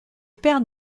père